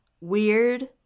weird